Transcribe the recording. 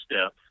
step